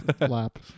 lap